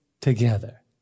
together